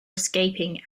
escaping